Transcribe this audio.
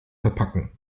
verpacken